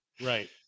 Right